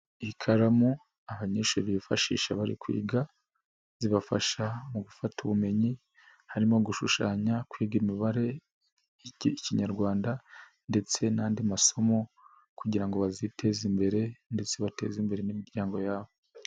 Ikaramu abanyeshuri bifashisha bari kwiga, zibafasha mu gufata ubumenyi, harimo gushushanya, kwiga imibare, ikinyarwanda ndetse n'andi masomo kugira ngo baziteze imbere ndetse bateze imbere n'imiryango yabo.